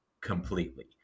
completely